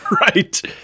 Right